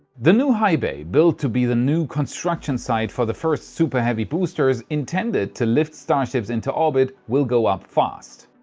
the new high bay, built to be the new construction site for the first super heavy boosters intended to lift starships into orbit, will go up fast.